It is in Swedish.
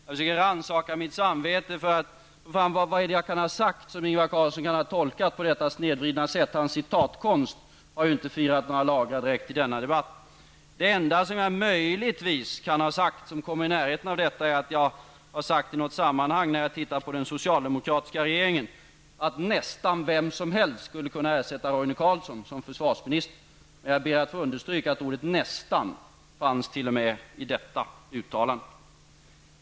Jag rannsakar mitt samvete för att få fram vad jag kan ha sagt som Ingvar Carlsson kan ha tolkat på detta snedvridna sätt. Hans citatkonst har inte direkt firat några triumfer i denna debatt. Det enda jag möjligtvis kan ha sagt som kommer i närheten av detta är att nästan vem som helst skulle kunna ersätta Roine Carlsson som försvarsminister. Jag ber att få understryka att ordet nästan fanns med i detta uttalande.